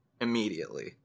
immediately